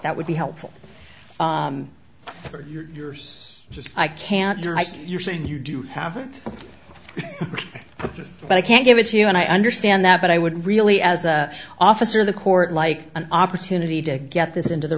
that would be helpful for you or yours just i can't you're saying you do haven't but i can't give it to you and i understand that but i would really as a officer of the court like an opportunity to get this into the